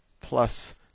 plus